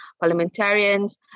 parliamentarians